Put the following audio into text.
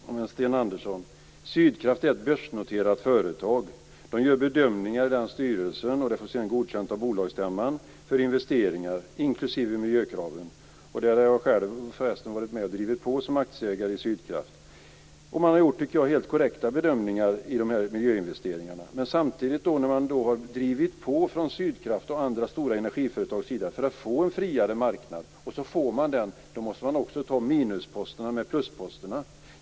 Fru talman! Sten Andersson, Sydkraft är ett börsnoterat företag. I företagets styrelse görs bedömningar som sedan får godkänt av bolagsstämman för investeringar inklusive miljökraven. Jag har som aktieägare själv varit med och drivit på i Sydkraft. Jag anser att man har gjort helt korrekta bedömningar i fråga om dessa miljöinvesteringar. Men när man från Sydkraft och andra stora energiföretags sida har drivit på för att få en friare marknad och sedan får det måste man också ta minusposterna med plusposterna.